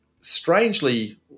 strangely